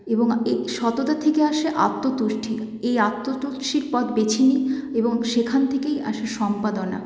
এবং এই সততার থেকে আসে আত্মতুষ্টি এই আত্মতুষ্টির পথ বেছে নিই এবং সেখান থেকেই আসে সম্পাদনা